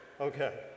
okay